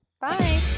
Bye